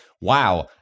wow